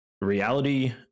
reality